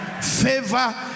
Favor